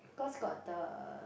cause got the